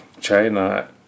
China